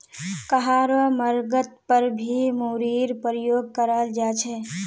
कहारो मर्गत पर भी मूरीर प्रयोग कराल जा छे